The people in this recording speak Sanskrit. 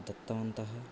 दत्तवन्तः